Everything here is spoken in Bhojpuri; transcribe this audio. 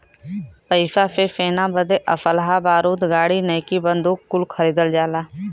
पइसा से सेना बदे असलहा बारूद गाड़ी नईकी बंदूक कुल खरीदल जाला